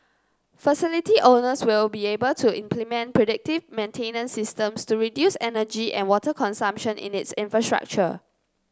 facility owners will be able to implement predictive maintenance systems to reduce energy and water consumption in its infrastructure